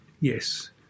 yes